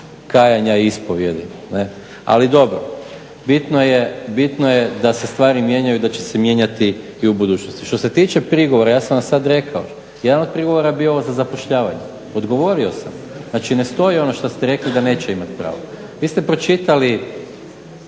kajanja i ispovijedi. Ali dobro. Bitno je da se stvari mijenjaju i da će se mijenjati i u budućnosti. Što se tiče prigovora, ja sam vam sad rekao, jedan od prigovora je bio ovo za zapošljavanje, odgovorio sam, znači ne stoji ono što ste rekli da neće imat pravo. Vi ste pročitali,